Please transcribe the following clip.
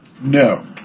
No